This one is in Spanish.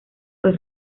fue